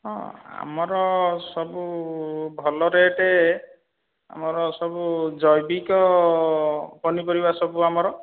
ହଁ ଆମର ସବୁ ଭଲ ରେଟ୍ ଆମର ସବୁ ଜୈବିକ ପନିପରିବା ସବୁ ଆମର